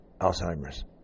alzheimer's